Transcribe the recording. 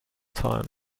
time